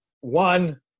one